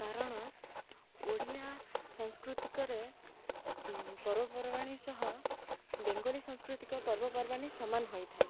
କାରଣ ଓଡ଼ିଆ ସଂସ୍କୃତିରେ ପର୍ବପର୍ବାଣି ସହ ବେଙ୍ଗଲୀ ସାଂସ୍କୃତିକ ପର୍ବପର୍ବାଣି ସମାନ ହୋଇଥାଏ